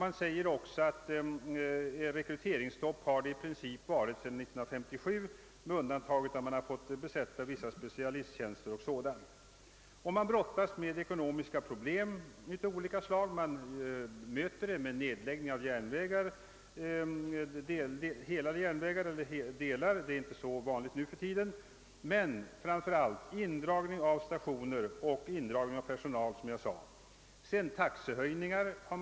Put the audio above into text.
Man har tillämpat rekryteringsstopp sedan 1967, dock med undantag för specialisttjänster o. d. SJ brottas alltså med ekonomiska problem av olika slag, som man även möter med nedläggning av hela järnvägslinjer eller delar av sådana — det scnare är numera inte så vanligt — men framför allt med indragning av stationer och av personal. Man har vidare laborerat med taxehöjningar.